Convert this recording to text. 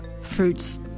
fruits